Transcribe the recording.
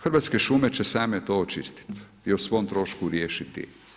Hrvatske šume će same to očistiti i o svom trošku riješiti.